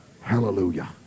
Hallelujah